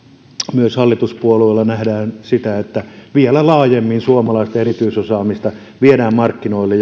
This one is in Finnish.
myös hallituspuolueissa nähdään että vielä laajemmin suomalaista erityisosaamista viedään markkinoille